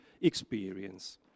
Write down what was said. experience